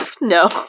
No